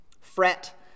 Fret